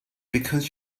because